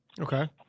Okay